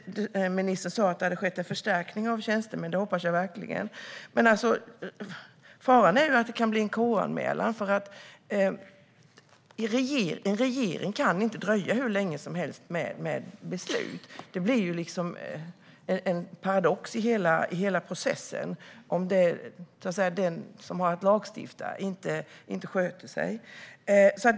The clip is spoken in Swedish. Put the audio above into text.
Ministern sa att det har skett en förstärkning av antalet tjänstemän. Det hoppas jag verkligen. Faran är att det kan bli en KU-anmälan. En regering kan inte dröja hur länge som helst med beslut. Det blir en paradox i hela processen om lagstiftaren inte sköter sig.